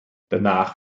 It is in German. danach